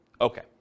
Okay